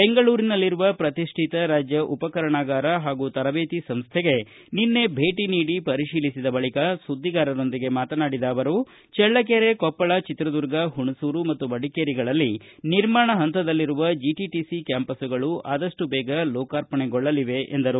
ಬೆಂಗಳೂರಿನಲ್ಲಿರುವ ಪ್ರತಿಷ್ಠಿತ ರಾಜ್ಯ ಉಪಕರಣಾಗಾರ ಹಾಗೂ ತರಬೇತಿ ಸಂಸ್ಥೆಗೆ ನಿನ್ನೆ ಭೇಟಿ ನೀಡಿ ಪರಿತೀಲಿಸಿದ ಬಳಿಕ ಸುದ್ದಿಗಾರರೊಂದಿಗೆ ಮಾತನಾಡಿದ ಅವರು ಚಳ್ಳಕೆರೆ ಕೊಪ್ಪಳ ಚಿತ್ರದುರ್ಗ ಹುಣಸೂರು ಮತ್ತು ಮಡಿಕೇರಿಗಳಲ್ಲಿ ನಿರ್ಮಾಣ ಹಂತದಲ್ಲಿರುವ ಜೆಟಿಟಿಸಿ ಕ್ಯಾಂಪಸ್ಗಳು ಆದಪ್ಟು ಬೇಗ ಲೋಕಾರ್ಪಣೆಗೊಳ್ಳಲಿವೆ ಎಂದರು